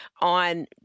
on